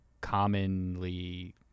commonly